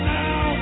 now